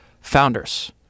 founders